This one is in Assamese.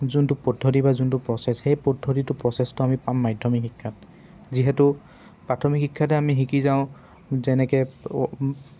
যোনটো পদ্ধতি বা যোনটো প্ৰচেছ সেই পদ্ধতিটো প্ৰচেছটো আমি পাম মাধ্যমিক শিক্ষাত যিহেতু প্ৰাথমিক শিক্ষাতে আমি শিকি যাওঁ যেনেকৈ